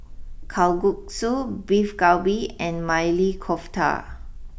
Kalguksu Beef Galbi and Maili Kofta